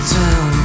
town